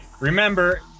Remember